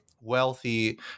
wealthy